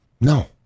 No